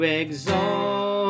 exalt